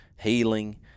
healing